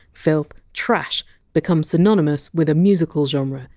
filth, trash become synonymous with a musical genre,